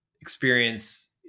experience